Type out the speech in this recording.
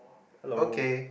hello